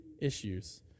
issues